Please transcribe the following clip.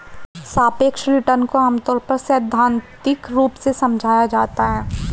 सापेक्ष रिटर्न को आमतौर पर सैद्धान्तिक रूप से समझाया जाता है